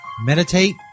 Meditate